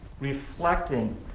Reflecting